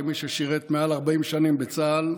כמי ששירת מעל 40 שנים בצה"ל.